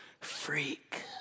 Freak